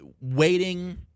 waiting